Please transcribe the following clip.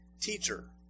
Teacher